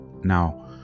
now